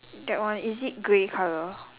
that one is it grey color